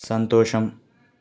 సంతోషం